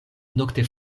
nokte